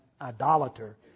idolater